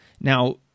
Now